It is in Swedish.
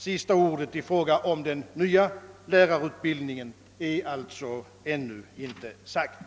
Sista ordet i fråga om den nya lärarutbildningen är alltså ännu inte sagt.